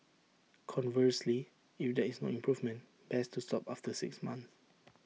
conversely if there is no improvement best to stop after six months